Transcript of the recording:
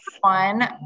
one